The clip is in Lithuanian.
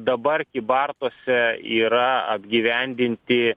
dabar kybartuose yra apgyvendinti